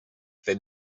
than